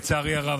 לצערי הרב,